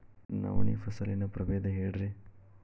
ನವಣಿ ಫಸಲಿನ ಪ್ರಭೇದ ಹೇಳಿರಿ